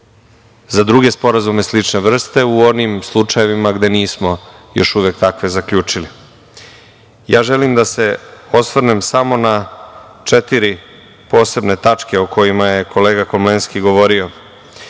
za druge sporazume slične vrste u onim slučajevima gde nismo još uvek takve zaključili. Želim da se osvrnem samo na četiri posebne tačke o kojima je kolega Komlenski govorio.